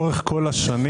לאורך כל השנים,